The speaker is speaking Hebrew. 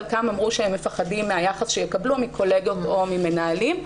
חלקם אמרו שהם מפחדים מהיחס שיקבלו מקולגות או ממנהלים.